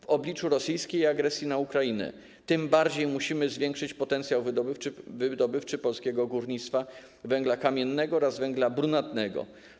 W obliczu rosyjskiej agresji na Ukrainę tym bardziej musimy zwiększyć potencjał wydobywczy polskiego górnictwa węgla kamiennego oraz węgla brunatnego.